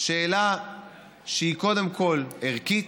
שאלה שהיא קודם כול ערכית,